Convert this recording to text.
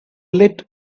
lit